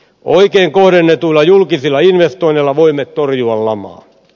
oikein kohdennetuilla julkisilla investoinneilla voimme torjua lamaa